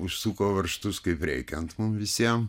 užsuko varžtus kaip reikiant mum visiem